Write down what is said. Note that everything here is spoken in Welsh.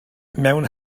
mewn